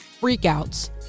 freakouts